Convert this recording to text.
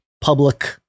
public